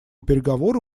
переговоры